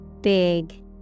Big